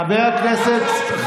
השר כהנא, שנייה.